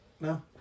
No